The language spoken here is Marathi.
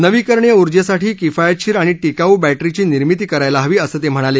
नवीकरणीय ऊर्जेसाठी किफायतशीर आणि टिकाऊ बॅटरी ची निर्मिती करायला हवी असं ते म्हणाले